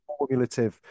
formulative